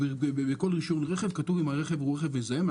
בכל רישיון רכב כתוב אם הרכב הוא רכב מזהם.